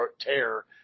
tear